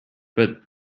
but